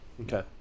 Okay